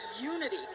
unity